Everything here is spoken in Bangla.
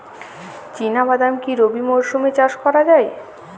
চিনা বাদাম কি রবি মরশুমে চাষ করা যায়?